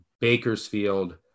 Bakersfield